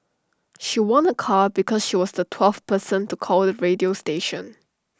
she won A car because she was the twelfth person to call the radio station